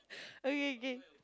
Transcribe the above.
okay okay